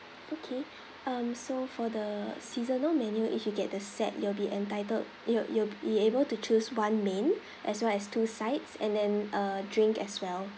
okay um so for the seasonal menu if you get the set you'll be entitled you'll you'll be able to choose one main as well as two sides and then a drink as well